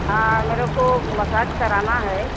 हाँ मेरे को मसाज कराना है